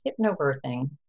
hypnobirthing